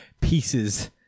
pieces